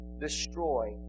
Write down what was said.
destroy